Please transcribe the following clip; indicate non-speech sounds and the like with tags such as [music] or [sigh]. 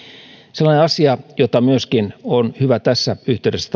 sellainen asia jota myöskin on hyvä tässä yhteydessä [unintelligible]